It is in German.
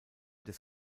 des